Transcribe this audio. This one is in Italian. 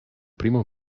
primo